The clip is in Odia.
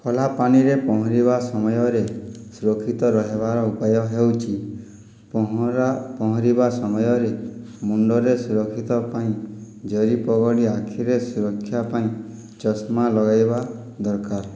ଖୋଲା ପାଣିରେ ପହଁରିବା ସମୟରେ ସୁରକ୍ଷିତ ରହିବାର ଉପାୟ ହେଉଛି ପହଁରା ପହଁରିବା ସମୟରେ ମୁଣ୍ଡରେ ସୁରକ୍ଷିତ ପାଇଁ ଜରି ପଗଡ଼ି ଆଖିରେ ସୁରକ୍ଷା ପାଇଁ ଚଷମା ଲଗାଇବା ଦରକାର